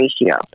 ratio